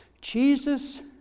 Jesus